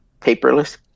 paperless